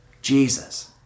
Jesus